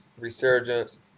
resurgence